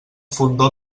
fondó